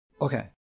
Okay